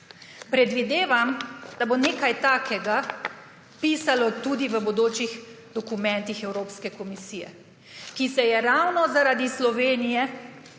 Predvidevam, da bo nekaj takega pisalo tudi v bodočih dokumentih Evropske komisije, ki se je ravno zaradi Slovenije